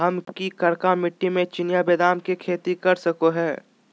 हम की करका मिट्टी में चिनिया बेदाम के खेती कर सको है?